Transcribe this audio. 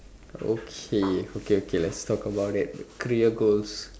okay okay okay let's talk about it career goals